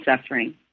suffering